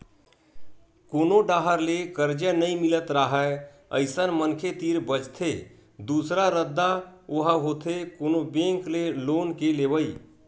कोनो डाहर ले करजा नइ मिलत राहय अइसन मनखे तीर बचथे दूसरा रद्दा ओहा होथे कोनो बेंक ले लोन के लेवई